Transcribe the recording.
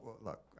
look